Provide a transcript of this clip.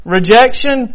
Rejection